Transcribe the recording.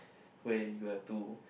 where you have to